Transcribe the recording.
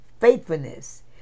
faithfulness